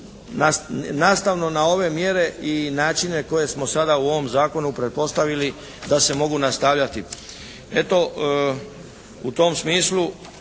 nastavno na ove mjere i načine koje smo sada u ovom zakonu pretpostavili da se mogu nastavljati.